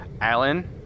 Alan